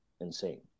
insane